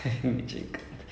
maybe